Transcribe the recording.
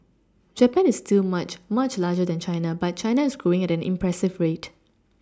Japan is still much much larger than China but China is growing at an impressive rate